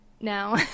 now